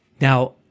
Now